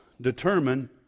determine